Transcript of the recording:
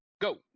Go